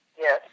Yes